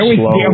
slow